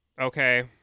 okay